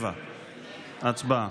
87. הצבעה.